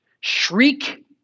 Shriek